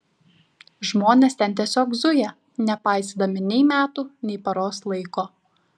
žmonės ten tiesiog zuja nepaisydami nei metų nei paros laiko